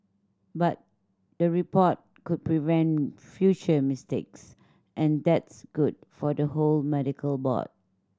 but the report could prevent future mistakes and that's good for the whole medical board